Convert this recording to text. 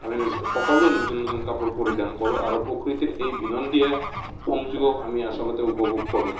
আমি সকলোৱে নতুন নতুন কাপোৰ পৰিধান কৰোঁ আৰু প্ৰকৃতিৰ এই বিনন্দীয়া সংযোগক আমি আচলতে উপভোগ কৰোঁ